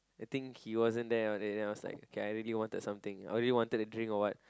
I think he wasn't there and then I was like okay I really wanted something I really wanted the drink or what